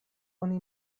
oni